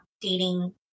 dating